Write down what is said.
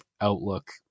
outlook